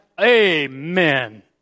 amen